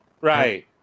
Right